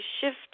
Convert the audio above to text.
shift